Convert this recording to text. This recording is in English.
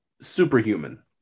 superhuman